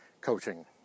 coaching